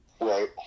right